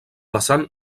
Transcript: vessant